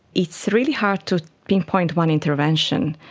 it's really hard to pinpoint one intervention.